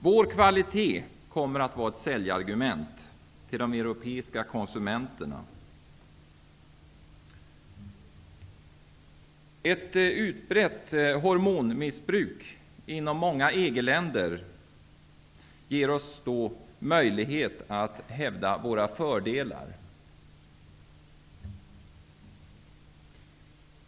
Vår kvalitet kommer att vara ett säljargument till de europeiska konsumenterna. Ett utbrett hormonmissbruk inom många EG-länder ger oss då möjlighet att hävda våra fördelar.